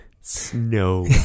Snow